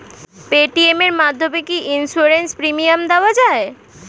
Paytm এর মাধ্যমে কি ইন্সুরেন্স প্রিমিয়াম দেওয়া যায়?